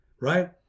right